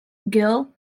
gill